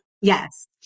Yes